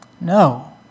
No